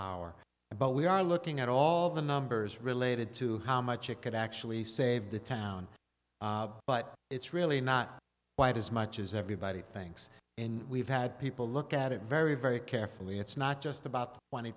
our but we are looking at all the numbers related to how much it could actually save the town but it's really not quite as much as everybody thinks and we've had people look at it very very carefully it's not just about twenty